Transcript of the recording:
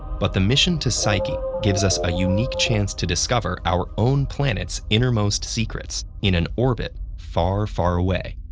but the mission to psyche gives us a unique chance to discover our own planet's innermost secrets in an orbit far, far away.